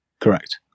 Correct